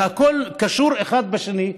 הכול קשור אחד בשני.